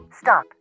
Stop